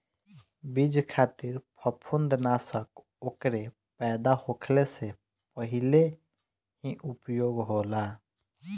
बीज खातिर फंफूदनाशक ओकरे पैदा होखले से पहिले ही उपयोग होला